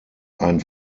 ein